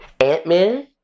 Ant-Man